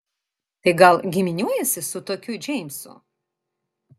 tai gal giminiuojiesi su tokiu džeimsu